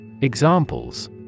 Examples